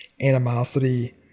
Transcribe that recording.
animosity